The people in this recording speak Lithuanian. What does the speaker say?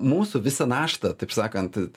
mūsų visą naštą taip sakant